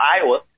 Iowa